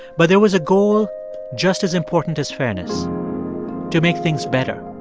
but there was a goal just as important as fairness to make things better,